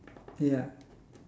ya